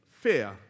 fear